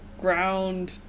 ground